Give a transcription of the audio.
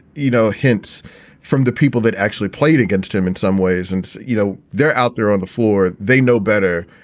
you know, hints from the people that actually played against him in some ways. and, you know, they're out there on the floor. they know better.